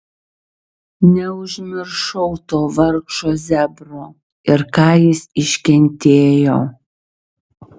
neužmiršau to vargšo zebro ir ką jis iškentėjo